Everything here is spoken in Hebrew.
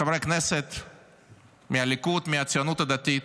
חברי הכנסת מהליכוד, מהציונות הדתית,